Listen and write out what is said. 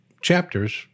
chapters